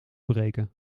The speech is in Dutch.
breken